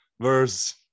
verse